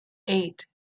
eight